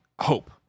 hope